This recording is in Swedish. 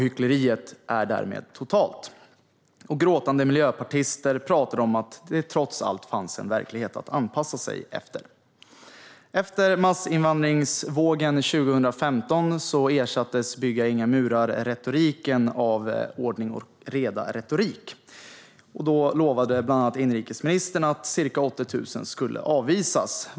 Hyckleriet var därmed totalt, och gråtande miljöpartister pratade om att det trots allt fanns en verklighet att anpassa sig till. Efter massinvandringsvågen 2015 ersattes bygga-inga-murar-retoriken av ordning-och-reda-retorik, och inrikesministern lovade att ca 80 000 skulle avvisas.